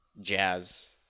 Jazz